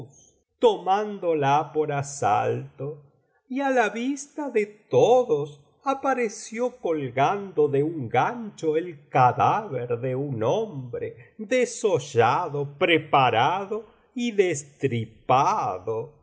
tomándola por asalto y á la vista de todos apareció colgado de un gancho el cadáver de un hombre desollado preparado y destripado y